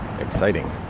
Exciting